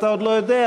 אתה עוד לא יודע,